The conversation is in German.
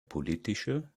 politische